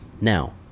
Now